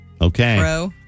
Okay